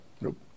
Nope